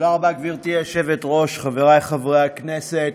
תודה רבה, גברתי היושבת-ראש, חברי חברי הכנסת,